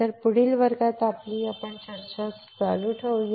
तर पुढील वर्गात आपली चर्चा चालू ठेवूया